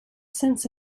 since